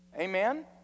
Amen